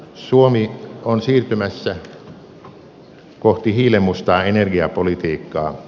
suomi on siirtymässä kohti hiilenmustaa energiapolitiikkaa